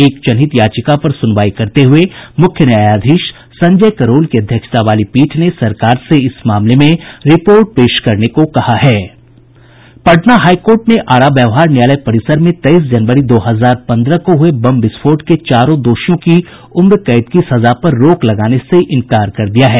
एक जनहित याचिका पर सुनवाई करते हुए मुख्य न्यायाधीश संजय करोल की अध्यक्षता वाली पीठ ने सरकार से इस मामले में रिपोर्ट पेश करने को कहा है पटना हाईकोर्ट ने आरा व्यवहार न्यायालय परिसर में तेईस जनवरी दो हजार पन्द्रह को हुए बम विस्फोट के चारों दोषियों की उम्र कैद की सजा पर रोक लगाने से इंकार कर दिया है